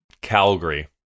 Calgary